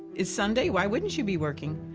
it's sunday why wouldn't you be working?